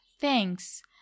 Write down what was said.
thanks